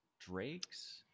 Drake's